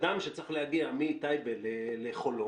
אדם שצריך להגיע מטייבה לחולון,